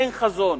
אין חזון,